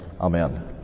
amen